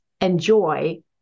enjoy